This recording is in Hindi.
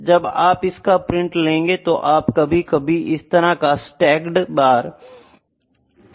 जब आप इसका प्रिंट लेगे तो आप कभी कभी इस तरह का स्टैक्ड बार चार्ट में पा सकते है